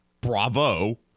Bravo